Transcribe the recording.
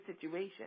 situation